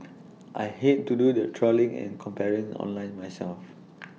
I hate to do the trawling and comparing online myself